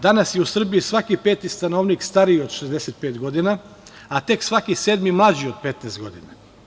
Danas je u Srbiji svaki peti stanovnik stariji od 65 godina, a tek svaki sedmi mlađi od 15 godina.